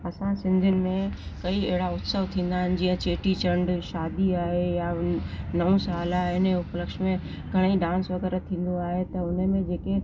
असां सिंधियुनि में कई अहिड़ा उत्सव थींदा आहिनि जीअं चेटीचंड शादी आहे या वरी नओं साल आहे हिन उप्लक्ष में घणेई डांस वग़ैरह थींदो आहे त हुन में जेके